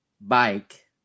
bike